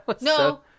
no